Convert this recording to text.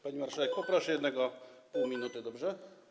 Pani marszałek, poproszę jednak o pół minuty, dobrze?